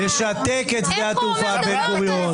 שמצאו זמן מצוין לשתק את שדה התעופה בן גוריון,